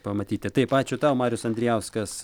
pamatyti taip ačiū tau marius andrijauskas